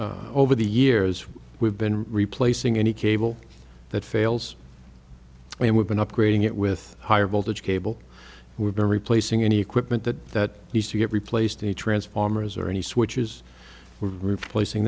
is over the years we've been replacing any cable that fails and we've been upgrading it with higher voltage cable we've been replacing any equipment that needs to get replaced new transformers or any switches for replacing